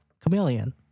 chameleon